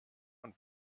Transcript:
und